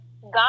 god